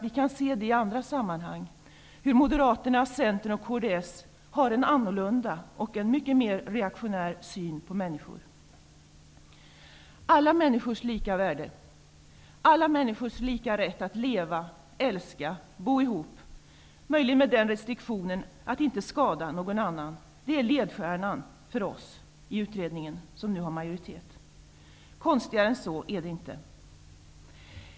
Vi kan i andra sammanhang se hur Moderaterna, Centern och kds har en annorlunda, mycket mer reaktionär syn på människor. Alla människors lika värde, alla människors lika rätt att leva, älska och bo ihop -- möjligen med den restriktionen att det inte får skada någon annan -- är ledstjärnan för majoriteten i utredningen. Konstigare än så är det inte.